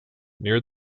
near